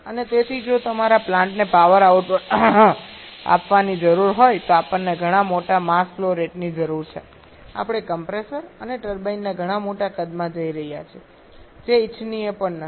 અને તેથી જો તમારા પ્લાન્ટને પાવર આઉટપુટ આપવાની જરૂર હોય તો આપણને ઘણા મોટા માસ ફ્લો રેટની જરૂર છે આપણે કમ્પ્રેસર અને ટર્બાઇનના ઘણા મોટા કદમાં જઈ રહ્યા છીએ જે ઇચ્છનીય પણ નથી